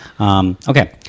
Okay